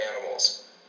animals